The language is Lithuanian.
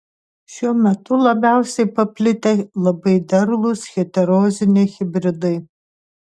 šiuo metu labiausiai paplitę labai derlūs heteroziniai hibridai